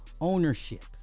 ownership